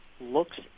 looks